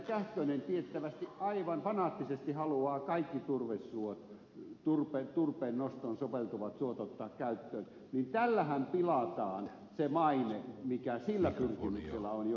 kähkönen tiettävästi aivan fanaattisesti haluaa kaikki turvesuot turpeen nostoon soveltuvat suot ottaa käyttöön niin tällähän pilataan se maine mikä sillä pyrkimyksellä on johonka ed